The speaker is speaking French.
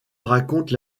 raconte